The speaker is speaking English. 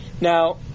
Now